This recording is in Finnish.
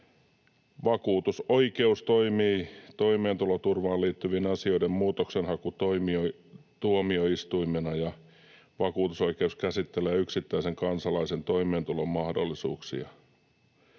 vakuutusoikeus toimii toimeentuloturvaan liittyvien asioiden muutoksenhakutuomioistuimena ja vakuutusoikeus käsittelee yksittäisen kansalaisen toimeentulomahdollisuuksia.